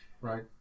right